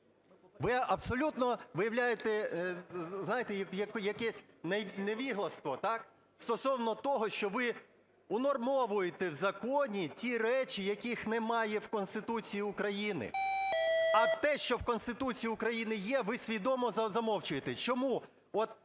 Ви абсолютно виявляєте, знаєте, якесь невігластво стосовно того, що ви унормовуєте в законі ті речі, яких немає в Конституції України, а те, що в Конституції України є, ви свідомо замовчуєте. Чому?